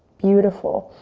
beautiful.